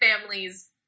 families